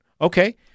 Okay